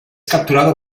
capturado